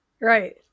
right